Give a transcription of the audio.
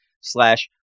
slash